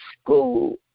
school